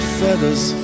feathers